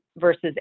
versus